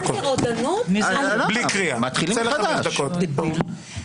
חנוך, בבקשה צא לחמש דקות, בלי קריאה.